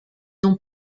dont